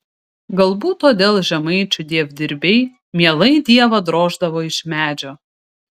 galbūt todėl žemaičių dievdirbiai mielai dievą droždavo iš medžio